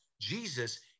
Jesus